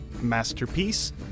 masterpiece